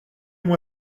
moi